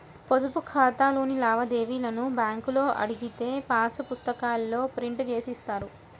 పొదుపు ఖాతాలోని లావాదేవీలను బ్యేంకులో అడిగితే పాసు పుస్తకాల్లో ప్రింట్ జేసి ఇస్తారు